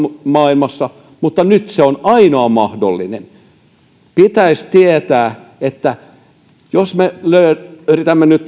maailmassa mutta nyt se on ainoa mahdollinen pitäisi tietää että jos me yritämme nyt